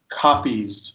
copies